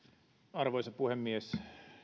arvoisa puhemies